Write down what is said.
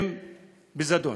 בזדון.